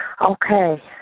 Okay